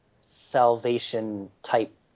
salvation-type